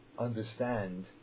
understand